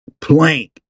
Plank